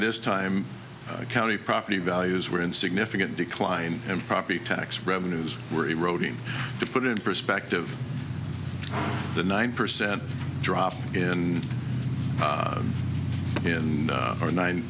this time county property values were in significant decline and property tax revenues were eroding to put in perspective the nine percent drop in in our ninety